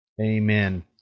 Amen